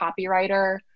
copywriter